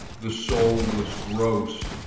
the soul was gross,